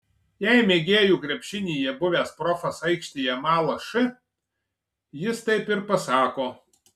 jei mėgėjų krepšinyje buvęs profas aikštėje mala š jis taip ir pasako